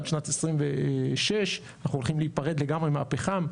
עד שנת 2026 אנחנו הולכים להיפרד לגמרי מהפחם.